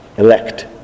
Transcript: Elect